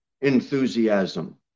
enthusiasm